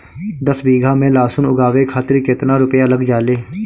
दस बीघा में लहसुन उगावे खातिर केतना रुपया लग जाले?